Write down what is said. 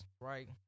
right